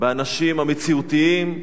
באנשים המציאותיים,